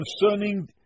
concerning